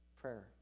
prayer